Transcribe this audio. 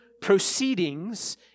proceedings